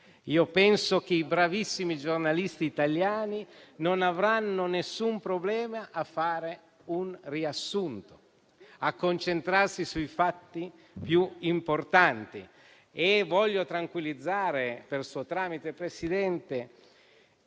Penso che i bravissimi giornalisti italiani non avranno alcun problema a fare un riassunto e a concentrarsi sui fatti più importanti. Voglio tranquillizzare, per il suo tramite, signor